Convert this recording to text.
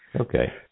Okay